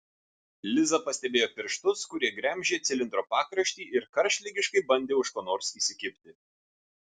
liza pastebėjo pirštus kurie gremžė cilindro pakraštį ir karštligiškai bandė už ko nors įsikibti